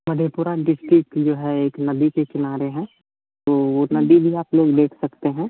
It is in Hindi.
मधेपुरा डिस्टिक जो है एक नदी के किनारे है तो वह नदी भी आप लोग देख सकते हैं